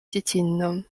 dziecinną